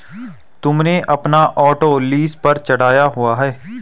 तुमने अपना auto lease पर चढ़ाया हुआ है?